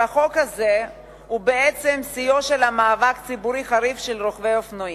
החוק הזה הוא בעצם שיאו של מאבק ציבורי חריף של רוכבי אופנועים,